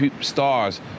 stars